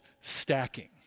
stacking